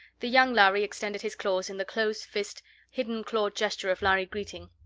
the young lhari extended his claws in the closed-fist, hidden-claw gesture of lhari greeting.